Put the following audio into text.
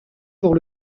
pour